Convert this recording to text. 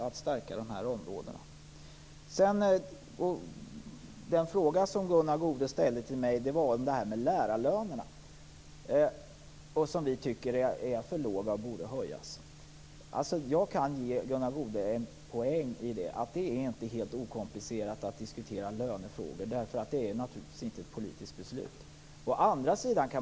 Att stärka dessa områden är en av våra huvudpunkter. Gunnar Goude ställde en fråga till mig om lärarlönerna. Vi tycker att de är för låga och borde höjas. Jag kan ge Gunnar Goude en poäng i att det inte är okomplicerat att diskutera lönefrågor. Det är naturligtvis inte ett politiskt beslut.